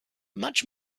much